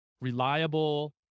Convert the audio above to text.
reliable